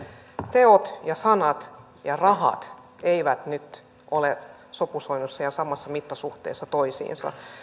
teot ja sanat ja rahat eivät nyt ole sopusoinnussa ja samassa mittasuhteessa toisiinsa